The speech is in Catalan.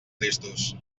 tristos